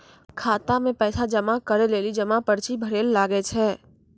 खाता मे पैसा जमा करै लेली जमा पर्ची भरैल लागै छै